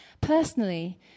personally